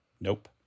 Nope